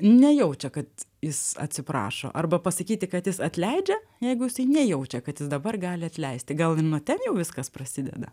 nejaučia kad jis atsiprašo arba pasakyti kad jis atleidžia jeigu jisai nejaučia kad jis dabar gali atleisti gal ir nuo ten jau viskas prasideda